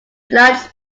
blood